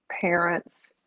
parents